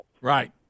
right